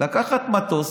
לקחת מטוס,